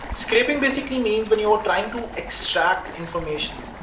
scraping basically means when you are trying to extract information.